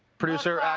producer,